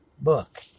book